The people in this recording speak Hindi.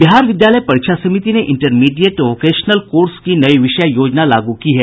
बिहार विद्यालय परीक्षा समिति ने इंटरमीडिएट वोकेशनल कोर्स की नई विषय योजना लागू की है